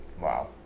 Wow